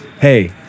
hey